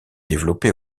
développée